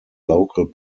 local